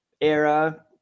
era